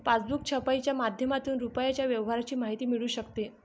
passbook छपाईच्या माध्यमातून रुपयाच्या व्यवहाराची माहिती मिळू शकते